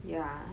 yeah